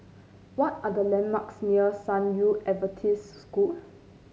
what are the landmarks near San Yu Adventist School